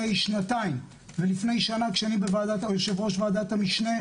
שנתיים ולפני שנה כשאני יושב-ראש ועדת המשנה,